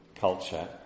culture